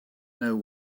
know